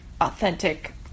authentic